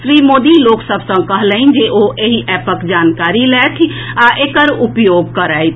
श्री मोदी लोक सभ सँ कहलनि जे ओ एहि एपक जानकारी लेथि आ एकर उपयोग करथि